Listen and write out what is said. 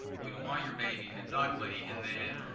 we don't want your baby, and it's ugly. and then